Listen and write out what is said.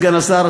סגן השר,